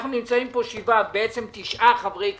אנחנו נמצאים פה שבעה, בעצם תשעה חברי כנסת,